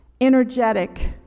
energetic